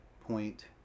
point